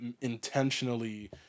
intentionally